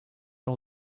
all